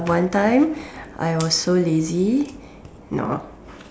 one time I was so lazy